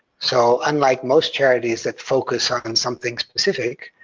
so unlike most charities that focus on something specific,